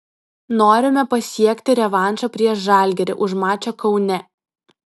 norime pasiekti revanšą prieš žalgirį už mačą kaune